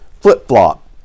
flip-flop